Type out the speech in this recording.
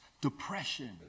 depression